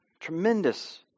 Tremendous